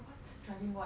what driving what